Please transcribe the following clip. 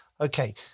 Okay